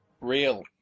real